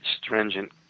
stringent